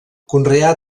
conreà